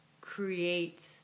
create